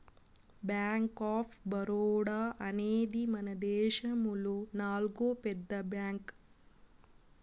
bank of Baroda అనేది మనదేశములో నాల్గో పెద్ద బ్యాంక్